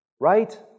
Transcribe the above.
Right